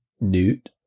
Newt